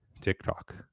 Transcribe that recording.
TikTok